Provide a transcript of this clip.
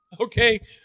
Okay